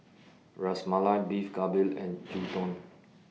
Ras Malai Beef Galbi and Gyudon